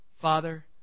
Father